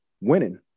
winning